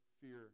fear